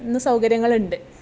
ഇന്ന് സൗകര്യങ്ങളുണ്ട്